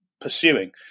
pursuing